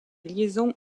liaisons